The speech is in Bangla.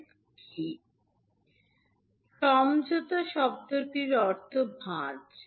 কনভলিউশন শব্দটির অর্থ ফোল্ডিং